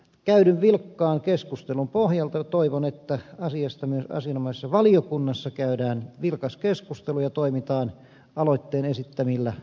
käydyn vilkkaan keskustelun pohjalta toivon että asiasta myös asianomaisessa valiokunnassa käydään vilkas keskustelu ja toimitaan aloitteiden esittämillä suuntaviivoilla